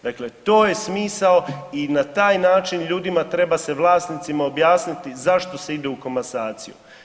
Dakle, to je smisao i na taj način ljudima treba se vlasnicima objasniti zašto se ide u komasaciju.